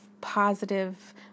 positive